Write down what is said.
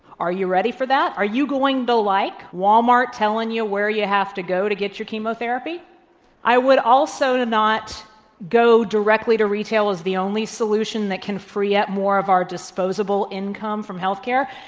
are you ready for that? are you going to like wal-mart telling you where you have to go to get your chemotherapy i would also not go directly to retail as the only solution that can free up more of our disposable income from health care.